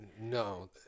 No